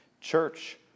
church